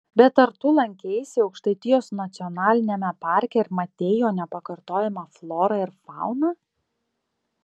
bet ar tu lankeisi aukštaitijos nacionaliniame parke ir matei jo nepakartojamąją florą ir fauną